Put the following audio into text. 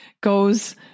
goes